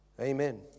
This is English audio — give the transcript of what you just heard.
Amen